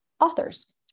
authors